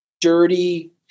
dirty